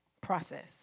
process